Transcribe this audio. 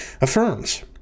affirms